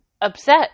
upset